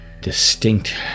distinct